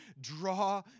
Draw